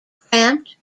cramped